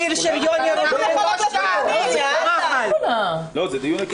אנחנו מקיימים דיון עקרוני.